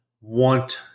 want